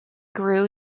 grew